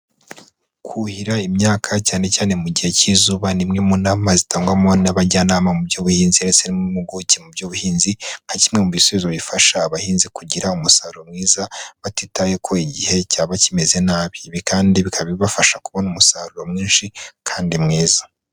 Kuhira imyaka cyane cyane mu gihe cy'izuba ni imwe mu nama zitangwamo n'abajyanama mu by'ubuhinzi ndetse n'impuguke mu by'ubuhinzi, nka kimwe mu bisubizo bifasha abahinzi kugira umusaruro mwiza, batitaye ko igihe cyaba kimeze nabi. Ibi kandi bikaba bibafasha kubona umusaruro mwinshi kandi mwiza.